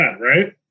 right